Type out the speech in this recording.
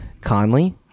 Conley